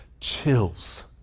chills